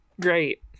Great